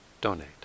donate